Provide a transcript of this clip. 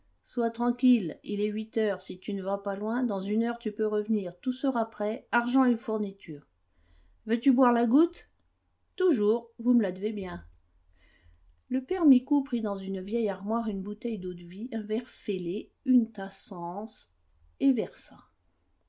sois tranquille il est huit heures si tu ne vas pas loin dans une heure tu peux revenir tout sera prêt argent et fournitures veux-tu boire la goutte toujours vous me la devez bien le père micou prit dans une vieille armoire une bouteille d'eau-de-vie un verre fêlé une tasse sans anse et versa